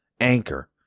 Anchor